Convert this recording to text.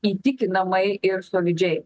įtikinamai ir solidžiai